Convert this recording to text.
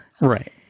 right